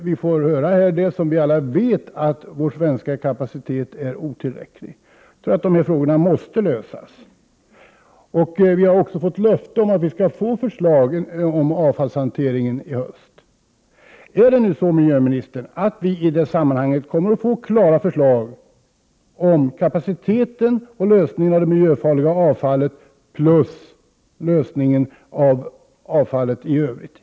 Vi fick höra att vår svenska kapacitet, som vi alla redan visste, är otillräcklig. De här frågorna måste lösas. Vi har också fått löfte om att det i höst skall komma förslag om avfallshanteringen. Är det nu så, miljöministern, att vi i denna proposition kommer att få klara förslag om kapaciteten och om en lösning av frågan om det miljöfarliga avfallet och om avfallet i övrigt?